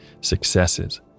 successes